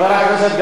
לנו אין מצפון?